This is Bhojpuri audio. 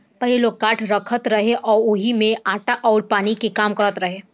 पहिले लोग काठ रखत रहे आ ओही में आटा अउर पानी के काम करत रहे